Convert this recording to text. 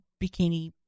bikini